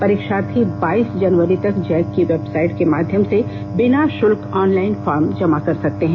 परीक्षार्थी बाइस जनवरी तक जैक की वेबसाइट के माध्यम से बिना विलंब भाुल्क ऑनलाइन फॉर्म जमा कर सकते है